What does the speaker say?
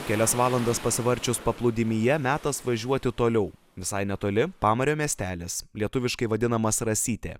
kelias valandas pasivarčius paplūdimyje metas važiuoti toliau visai netoli pamario miestelis lietuviškai vadinamas rasytė